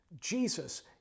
Jesus